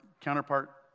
counterpart